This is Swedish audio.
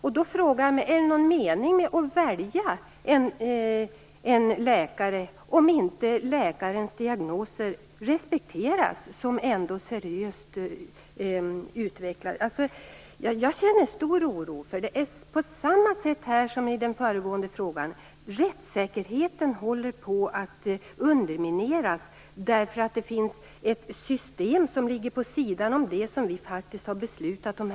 Därför frågar jag mig om det är någon mening med att välja en läkare om inte läkarens diagnoser respekteras och ses som seriösa? Jag känner stor oro för detta. Det är på samma sätt här som med den föregående frågan: Rättssäkerheten håller på att undermineras därför att det finns ett system som ligger vid sidan av det som riksdagen faktiskt har beslutat om.